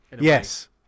Yes